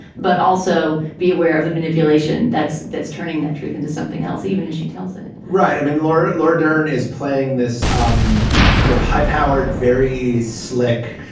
but also be aware of the manipulation that's that's turning that truth into something else, even as she tells it right. i mean, laura. laura dern is playing this um kind of high powered, very slick,